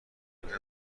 گرفتم